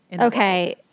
Okay